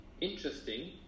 interesting